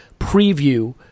preview